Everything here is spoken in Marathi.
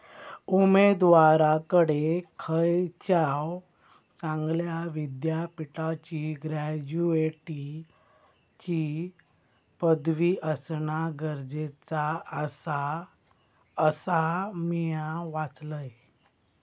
उमेदवाराकडे खयच्याव चांगल्या विद्यापीठाची ग्रॅज्युएटची पदवी असणा गरजेचा आसा, असा म्या वाचलंय